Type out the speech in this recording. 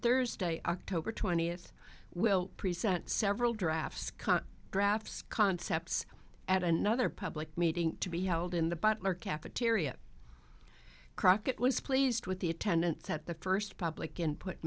thursday october twentieth will present several drafts graphs concepts at another public meeting to be held in the butler cafeteria crockett was pleased with the attendance at the first public input